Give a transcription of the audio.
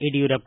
Yediyurappa